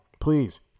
Please